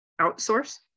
outsource